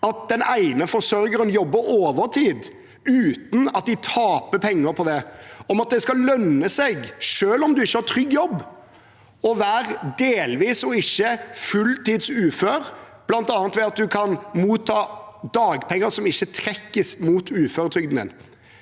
at den ene forsørgeren jobber overtid uten at de taper penger på det, og om at det skal lønne seg, selv om man ikke har en trygg jobb, å være delvis og ikke fulltids ufør, bl.a. ved at man kan motta dagpenger som ikke trekkes fra uføretrygden.